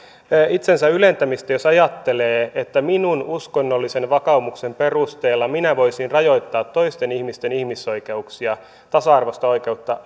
itsensä ylentämistä jos ajattelee että minun uskonnollisen vakaumukseni perusteella minä voisin rajoittaa toisten ihmisten ihmisoikeuksia tasa arvoista oikeutta